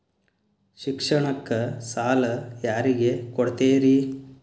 ಶಿಕ್ಷಣಕ್ಕ ಸಾಲ ಯಾರಿಗೆ ಕೊಡ್ತೇರಿ?